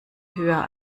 höher